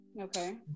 Okay